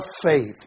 faith